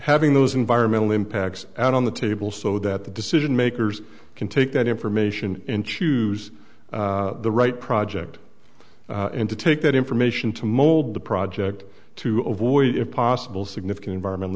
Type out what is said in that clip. having those environmental impacts out on the table so that the decision makers can take that information and choose the right project and to take that information to mold the project to avoid if possible significant environmental